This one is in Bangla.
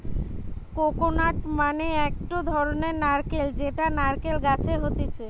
কোকোনাট মানে একটো ধরণের নারকেল যেটা নারকেল গাছে হতিছে